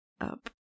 up